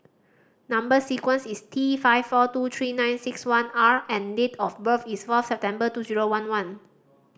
number sequence is T five four two three nine six one R and date of birth is fourth September two zero one one